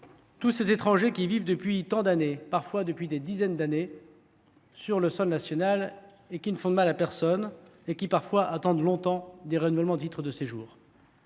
tous ces étrangers qui vivent depuis tant d’années, parfois des décennies, sur le sol national, qui ne font de mal à personne et qui attendent longtemps le renouvellement de leur titre de séjour.